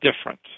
different